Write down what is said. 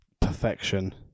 perfection